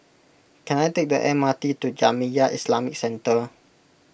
can I take the MRT to Jamiyah Islamic Centre